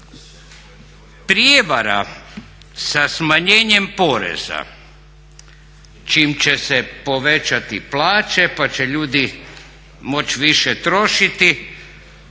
Prijevara sa smanjenjem poreza čime će se povećati plaće pa će ljudi moći više trošiti,